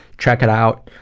check it out,